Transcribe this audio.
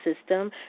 system